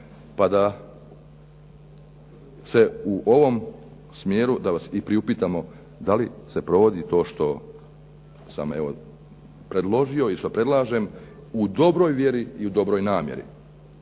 pa da se u ovom smjeru da vas i priupitamo da li se provodi to što sam predložio i što predlažem u dobroj vjeri i u dobroj namjeri.